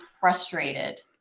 frustrated